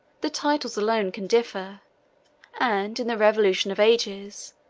the titles alone can differ and in the revolution of ages,